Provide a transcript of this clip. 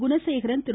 Gunasekaran Thiru